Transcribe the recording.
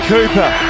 Cooper